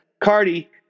Cardi